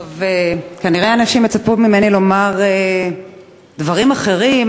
כנראה אנשים יצפו ממני לומר דברים אחרים,